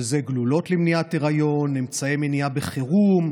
שהם גלולות למניעת היריון, אמצעי מניעה בחירום,